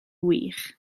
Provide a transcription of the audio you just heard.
wych